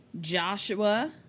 Joshua